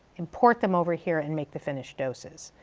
import them over here, and make the finished doses.